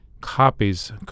copies